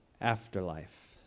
afterlife